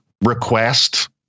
request